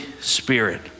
Spirit